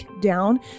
down